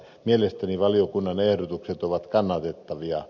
mielestäni valiokunnan ehdotukset ovat kannatettavia